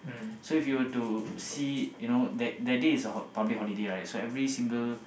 so if you were to see you know that that day is a public holiday right so every single